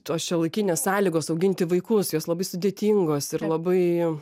tos šiuolaikinės sąlygos auginti vaikus jos labai sudėtingos ir labai